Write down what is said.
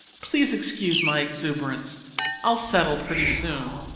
please excuse my exuberance i'll settle pretty soon.